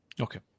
Okay